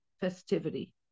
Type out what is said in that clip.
festivity